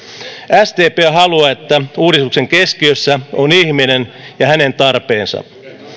sdp haluaa että uudistuksen keskiössä on ihminen ja hänen tarpeensa